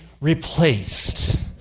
replaced